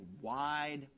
wide